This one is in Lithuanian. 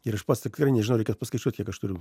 ir aš pats tikrai nežinau reikės paskaičiuot kiek aš turiu